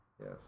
Yes